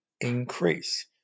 increase